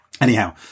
Anyhow